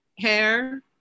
hair